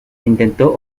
intentó